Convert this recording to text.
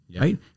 right